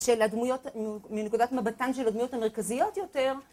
של הדמויות, מנקודת מבטן של הדמויות המרכזיות יותר.